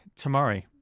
Tamari